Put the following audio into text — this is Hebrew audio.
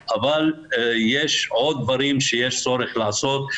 אבל יש עוד דברים שיש צורך לעשות.